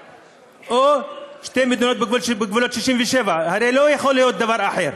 או שתי מדינות בגבולות 1967. הרי לא יכול להיות דבר אחר.